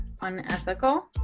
unethical